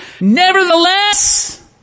nevertheless